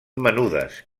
menudes